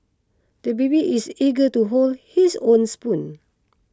the baby is eager to hold his own spoon